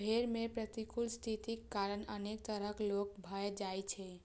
भेड़ मे प्रतिकूल स्थितिक कारण अनेक तरह रोग भए जाइ छै